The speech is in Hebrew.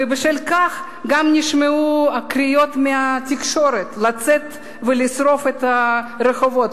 ובשל כך גם נשמעו הקריאות בתקשורת לצאת ולשרוף את הרחובות,